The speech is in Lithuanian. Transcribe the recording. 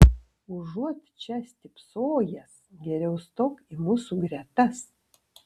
užuot čia stypsojęs geriau stok į mūsų gretas